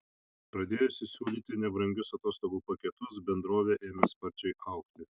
pradėjusi siūlyti nebrangius atostogų paketus bendrovė ėmė sparčiai augti